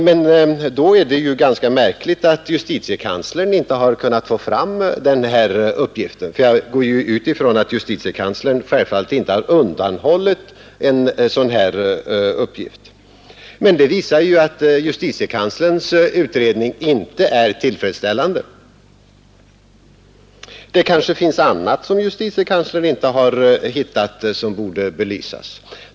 Men då är det ju ganska märkligt att justitiekanslern inte kunnat få fram den här uppgiften. Jag går ut ifrån att justitiekanslern självfallet inte har undanhållit en sådan här uppgift. Men det visar ju att justitiekanslerns utredning inte är tillfredsställande. Det kanske finns annat som justitiekanslern inte har hittat och som borde belysas.